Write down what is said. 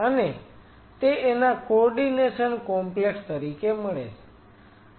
અને તે તેના કોઓર્ડીનેશન કૉમ્પ્લેક્સ તરીકે મળે છે